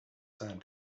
sand